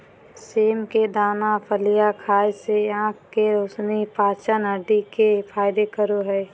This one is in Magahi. सेम के दाना फलियां खाय से आँख के रोशनी, पाचन, हड्डी के फायदा करे हइ